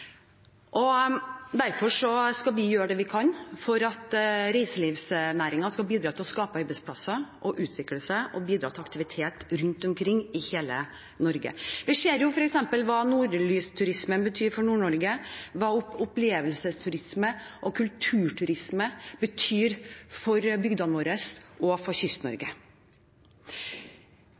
og derfor skal vi gjøre det vi kan for at reiselivsnæringen skal bidra til å skape arbeidsplasser, utvikle seg og bidra til aktivitet rundt omkring i hele Norge. Vi ser f.eks. hva nordlysturisme betyr for Nord-Norge, og hva opplevelsesturisme og kulturturisme betyr for bygdene våre og for